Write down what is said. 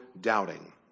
doubting